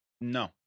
No